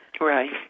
Right